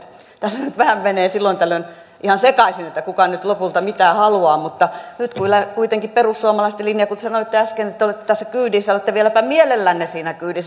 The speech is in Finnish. tässä nyt vähän menee silloin tällöin ihan sekaisin kuka nyt lopulta mitä haluaa mutta nyt kyllä kuitenkin hämmentää perussuomalaisten linja kun te sanoitte äsken että olette tässä kyydissä olette vieläpä mielellänne siinä kyydissä